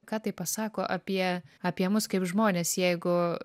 ką tai pasako apie apie mus kaip žmones jeigu